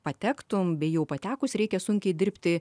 patektum bei jeu patekus reikia sunkiai dirbti